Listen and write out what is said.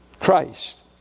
Christ